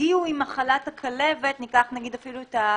הגיעו עם מחלת הכלבת - ניקח את חמש,